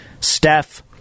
Steph